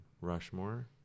Rushmore